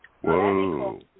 Whoa